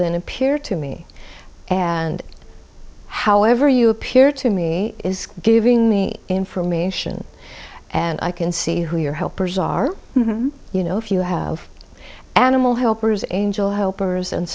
then appear to me and however you appear to me is giving me information and i can see who your helpers are you know if you have animal helpers angel helpers and